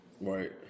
Right